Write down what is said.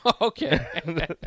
Okay